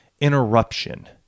interruption